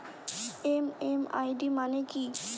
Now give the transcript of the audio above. MMID মানে কি?